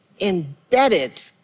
embedded